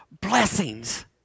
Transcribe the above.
Blessings